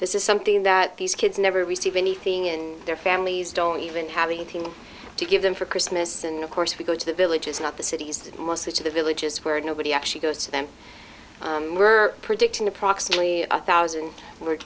this is something that these kids never receive anything in their families don't even have anything to give them for christmas and of course we go to the villages not the cities most of the villages where nobody actually goes to them we're predicting approximately one thousand we're